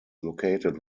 located